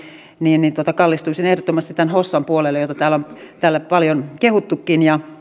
niin niin kallistuisin ehdottomasti tämän hossan puolelle jota täällä on paljon kehuttukin